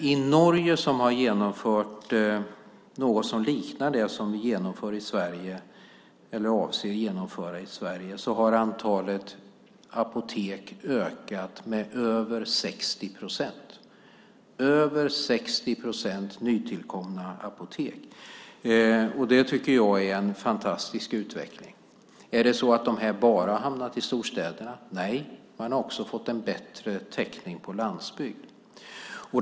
I Norge som har genomfört något som liknar det som vi avser att genomföra i Sverige har antalet apotek ökat med över 60 procent. Man har över 60 procent nytillkomna apotek. Det tycker jag är en fantastisk utveckling. Har dessa hamnat bara i storstäderna? Nej, man har också fått en bättre täckning på landsbygden.